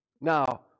Now